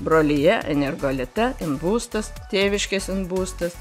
brolija energolita būstas tėviškės būstas